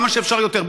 כמה שאפשר יותר,